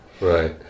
Right